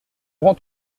grands